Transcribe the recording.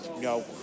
No